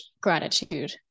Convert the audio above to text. gratitude